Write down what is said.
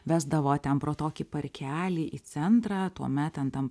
vesdavo ten pro tokį parkelį į centrą tuomet ten tam